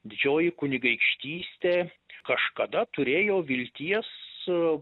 didžioji kunigaikštystė kažkada turėjo vilties